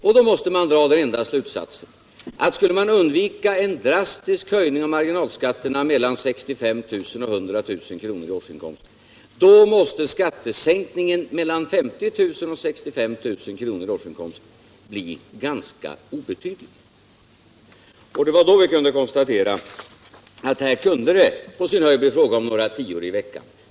Därför måste man dra den slutsatsen att skulle man undvika en drastisk höjning av marginalskatterna mellan 65 000 och 100 000 kronors årsinkomst, måste skattesänkningen mellan 50 000 och 65 000 kronors årsinkomst bli ganska obetydlig. Det var då vi konstaterade att här kunde det på sin höjd bli fråga om några tior i veckan.